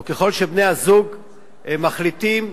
או ככל שבני-הזוג מחליטים,